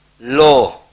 law